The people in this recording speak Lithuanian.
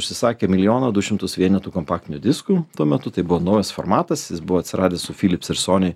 užsisakėm milijoną du šimtus vienetų kompaktinių diskų tuo metu tai buvo naujas formatas jis buvo atsiradęs su philips ir sony